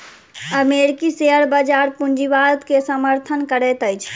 अमेरिकी शेयर बजार पूंजीवाद के समर्थन करैत अछि